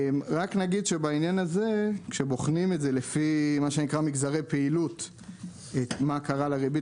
בעניין הזה כשבוחנים את זה לפי מגזרי פעילות מה קרה לריבית